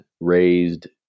raised